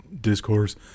discourse